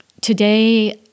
Today